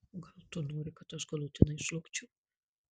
o gal tu nori kad aš galutinai žlugčiau